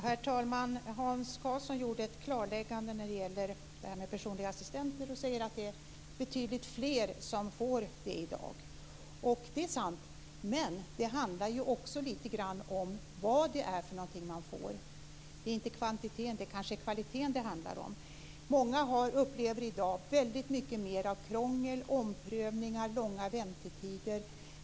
Herr talman! Hans Karlsson gjorde ett klarläggande när det gäller personliga assistenter och sade att det är betydligt fler som får sådana i dag. Det är sant. Men det handlar också lite grann om vad det är man får. Det är kanske inte kvantiteten utan kvaliteten det handlar om. Många upplever i dag väldigt mycket mer krångel, omprövningar och långa väntetider.